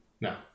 No